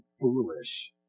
foolish